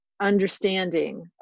understanding